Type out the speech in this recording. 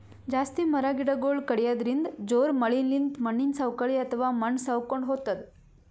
ಜಾಸ್ತಿ ಮರ ಗಿಡಗೊಳ್ ಕಡ್ಯದ್ರಿನ್ದ, ಜೋರ್ ಮಳಿಲಿಂತ್ ಮಣ್ಣಿನ್ ಸವಕಳಿ ಅಥವಾ ಮಣ್ಣ್ ಸವಕೊಂಡ್ ಹೊತದ್